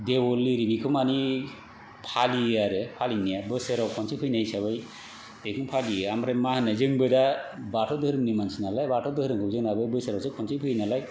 देवल ओरिनिखौ माने फालियो आरो फालिनाया बोसोराव खनसे फैनाय हिसाबै बेखौ फालियो आमफ्राय मा होनो जोंबो दा बाथौ धोरोमनि मानसि नालाय बाथौ धोरोमखौ जोंनाबा बोसोरावसो खनसे फैयो नालाय